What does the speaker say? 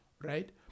Right